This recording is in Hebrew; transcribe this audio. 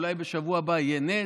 אולי בשבוע הבא יהיה נס.